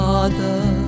Father